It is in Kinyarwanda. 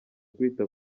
kwita